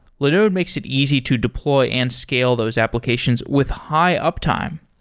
linode makes it easy to deploy and scale those applications with high-uptime.